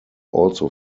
also